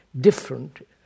different